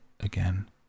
again